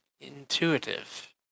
intuitive